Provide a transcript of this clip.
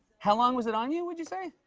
how long was it on you, would you say?